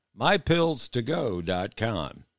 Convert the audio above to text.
MyPillsToGo.com